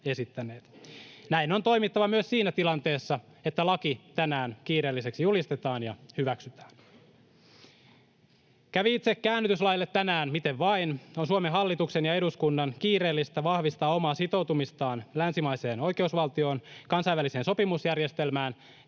Näin on toimittava myös siinä tilanteessa, että laki tänään kiireelliseksi julistetaan ja hyväksytään. Kävi itse käännytyslaille tänään miten vain, on Suomen hallituksen ja eduskunnan kiireellistä vahvistaa omaa sitoutumistaan länsimaiseen oikeusvaltioon, kansainväliseen sopimusjärjestelmään ja